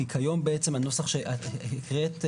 כי הנוסח שהקראת,